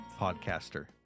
podcaster